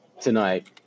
tonight